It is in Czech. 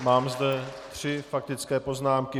Mám zde tři faktické poznámky.